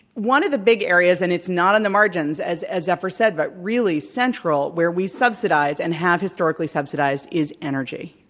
one of the big areas and it's not in the margins, as as zephyr said, but really central, where we subsidize and have historically subsidized is energy.